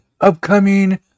upcoming